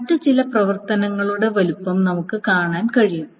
മറ്റ് ചില പ്രവർത്തനങ്ങളുടെ വലുപ്പം നമുക്ക് കാണാൻ കഴിയും